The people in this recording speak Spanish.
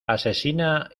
asesina